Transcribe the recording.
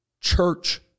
Church